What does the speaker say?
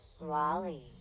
Wally